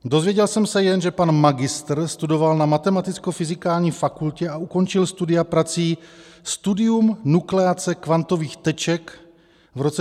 Dozvěděl jsem se jen, že pan magistr studoval na Matematickofyzikální fakultě a ukončil studia prací Studium nukleace kvantových teček v roce 2010.